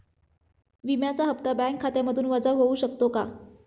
विम्याचा हप्ता बँक खात्यामधून वजा होऊ शकतो का?